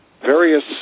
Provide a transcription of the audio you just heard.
various